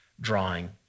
drawing